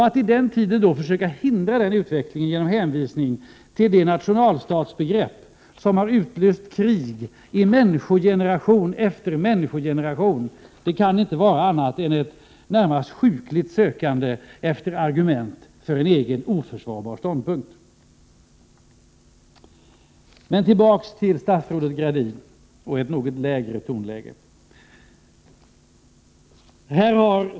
Att i den tiden försöka hindra utvecklingen genom hänvisning till det nationalstatsbegrepp som har utlöst krig i människogeneration efter människogeneration kan inte vara annat än ett närmast sjukligt sökande efter argument för en egen oförsvarbar ståndpunkt. Tillbaka till statsrådet Gradin och ett något lägre tonläge.